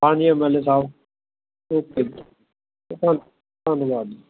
ਹਾਂਜੀ M L A ਸਾਹਿਬ okay ਜੀ ਅਤੇ ਧੰਨ ਧੰਨਵਾਦ ਜੀ